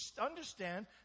understand